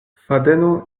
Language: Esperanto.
fadeno